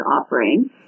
offering